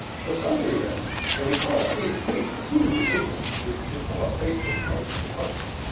so suddenly the and we call a tweet a tweet. a tweet is behavior. we we call a facebook post a post.